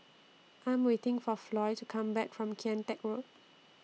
I Am waiting For Floy to Come Back from Kian Teck Road